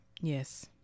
Yes